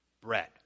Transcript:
bread